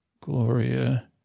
Gloria